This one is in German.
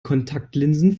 kontaktlinsen